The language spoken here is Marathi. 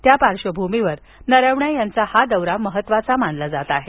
त्या पार्श्वभूमीवर नरवणे यांचा हा दौरा महत्वाचा मानला जात आहे